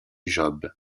job